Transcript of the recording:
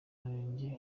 murenge